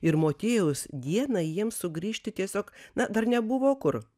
ir motiejaus dieną jiems sugrįžti tiesiog na dar nebuvo kur